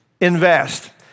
Invest